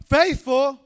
faithful